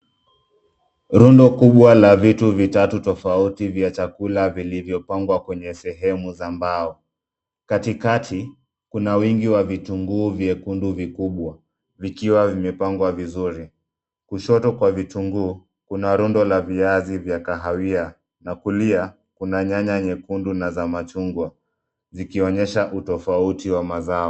Rundo kubwa la vitu vitatu tofauti vya chakula vilivyopangwa kwenye sehemu za mbao. Katikati, kuna wingi wa vitunguu vyekundu vikubwa vikiwa vimepangwa vizuri. Kushoto kwa vitunguu kuna rundo la viazi vya kahawia na kulia, kuna nyanya nyekundu na za machungwa, zikionyesha utofauti wa mazao.